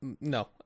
No